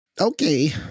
Okay